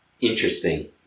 Interesting